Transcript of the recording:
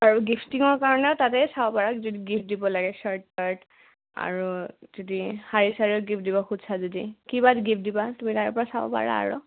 আৰু গিফ্টিঙৰ কাৰণেও তাতেই চাব পাৰা যদি গিফ্ট দিব লাগে ছাৰ্ট তাৰ্ট আৰু যদি শাৰি চাৰী গিফ্ট দিব খুজিছা যদি কি বা গিফ্ট দিবা তুমি তাৰ পৰা চাব পাৰা আৰু